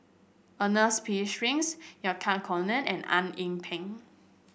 Ernest P Shanks Yahya Cohen and Eng Yee Peng